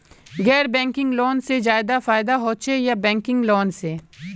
गैर banking loan से ज्यादा फायदा होचे या बैंकिंग लोन से?